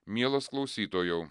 mielas klausytojau